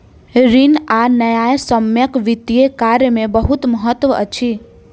ऋण आ न्यायसम्यक वित्तीय कार्य में बहुत महत्त्व अछि